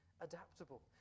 adaptable